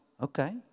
Okay